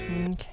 Okay